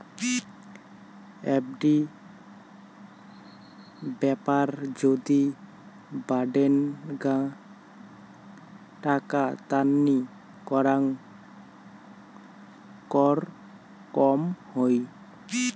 FD ব্যাপার যদি বাডেনগ্না টাকা তান্নি করাং কর কম হই